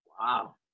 wow